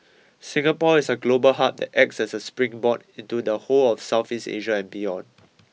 Singapore is a global hub that acts as a springboard into the whole of Southeast Asia and beyond